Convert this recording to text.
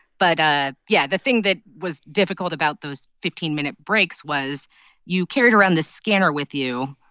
but ah yeah, the thing that was difficult about those fifteen minute breaks was you carried around this scanner with you,